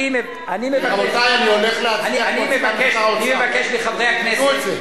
אבל יש לך, אני מבקש, אני מבקש מחברי הכנסת,